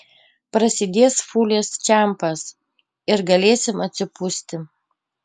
prasidės fūlės čempas ir galėsim atsipūsti